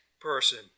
person